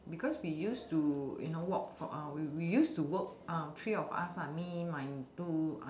because we used to you know walk for we we used to walk three of us ah me my two